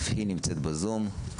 אף היא נמצאת בזום.